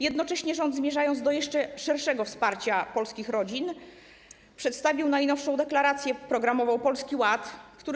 Jednocześnie rząd, zmierzając do jeszcze szerszego wsparcia polskich rodzin, przedstawił najnowszą deklarację programową Polski Ład.